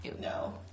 No